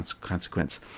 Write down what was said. consequence